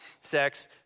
sex